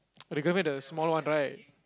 the girlfriend the small one right